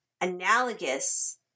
analogous